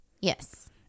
Yes